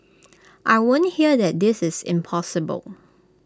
I won't hear that this is impossible